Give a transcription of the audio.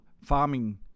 farming